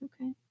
Okay